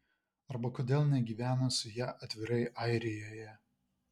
arba kodėl negyvena su ja atvirai airijoje